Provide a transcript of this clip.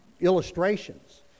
illustrations